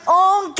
own